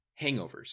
Hangovers